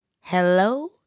hello